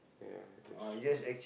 ya just